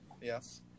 yes